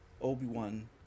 Obi-Wan